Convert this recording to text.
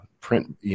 print